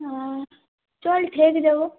চল ঠেক যাব